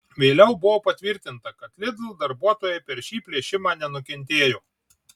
vėliau buvo patvirtinta kad lidl darbuotojai per šį plėšimą nenukentėjo